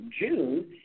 June